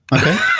Okay